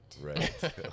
right